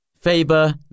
Faber